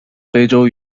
非洲